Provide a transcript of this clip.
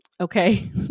Okay